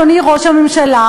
אדוני ראש הממשלה,